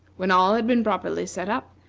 when all had been properly set up,